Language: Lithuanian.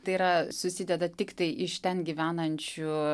tai yra susideda tiktai iš ten gyvenančių